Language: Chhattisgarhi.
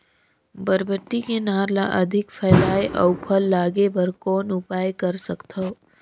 बरबट्टी के नार ल अधिक फैलाय अउ फल लागे बर कौन उपाय कर सकथव?